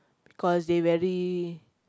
cause they very